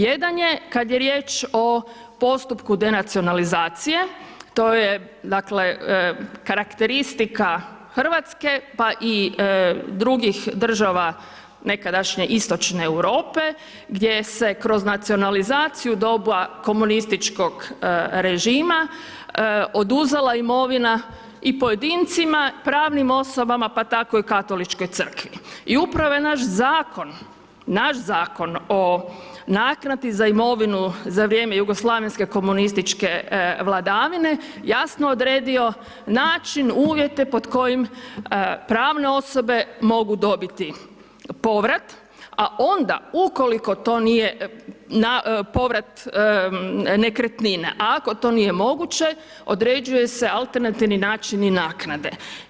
Jedan je kad je riječ o postupku denacionalizacije to je dakle karakteristika Hrvatske pa i drugih država nekadašnje Istočne Europe, gdje se kroz nacionalizaciju u doba komunističkog režima oduzela imovina i pojedincima, pravnim osobama pa tako i Katoličkoj crkvi i upravo je naš zakon, naš zakon o naknadi za imovinu za vrijeme jugoslavenske komunističke vladavine jasno odredio način, uvjete pod kojim pravne osobe mogu dobiti povrat, a onda ukoliko to nije povrat nekretnine, a ako to nije moguće određuje se alternativni način i naknade.